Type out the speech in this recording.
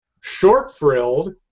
short-frilled